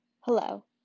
Hello